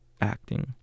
acting